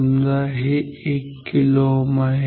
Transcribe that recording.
समजा हे 1 kΩ आहे